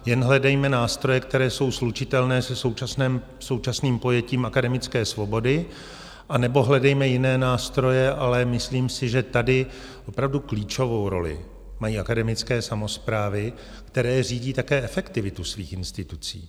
Jen hledejme nástroje, které jsou slučitelné se současným pojetím akademické svobody, anebo hledejme jiné nástroje, ale myslím si, že tady opravdu klíčovou roli mají akademické samosprávy, které řídí také efektivitu svých institucí.